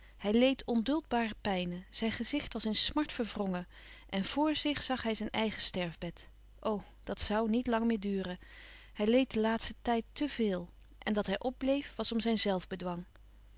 hij leed onduldbare pijnen zijn gezicht was in smart verwrongen en vr zich zag hij zijn eigen sterfbed o dat zoû niet lang meer duren hij leed den laatsten tijd te veel en dat hij p bleef was om zijn